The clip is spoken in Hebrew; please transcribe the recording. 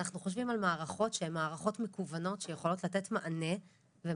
אנחנו חושבים על מערכות שהן מערכות מקוונות שיכולות לתת מענה ראשוני.